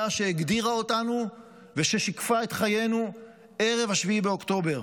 שהגדירה אותנו וששיקפה את חיינו ערב 7 באוקטובר.